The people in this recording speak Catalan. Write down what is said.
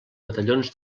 batallons